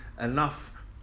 enough